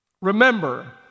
Remember